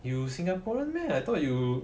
you singaporean meh I thought you